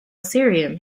cairum